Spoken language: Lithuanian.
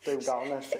taip gaunasi